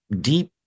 deep